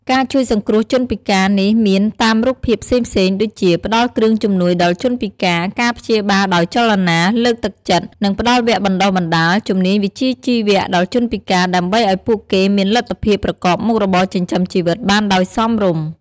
ការជួយសង្គ្រោះជនពិការនេះមានតាមរូបភាពផ្សេងៗដូចជា ផ្ដល់គ្រឿងជំនួយដល់ជនពិការ ការព្យាបាលដោយចលនា លើកទឹកចិត្ត និងផ្ដល់វគ្គបណ្តុះបណ្តាល ជំនាញវិជ្ជាជីវៈដល់ជនពិការ ដើម្បីឱ្យពួកគេមានលទ្ធភាពប្រកបមុខរបរចិញ្ចឹមជីវិតបានដោយសមរម្យ។